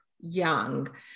young